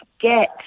get